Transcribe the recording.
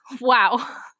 Wow